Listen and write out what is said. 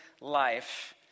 life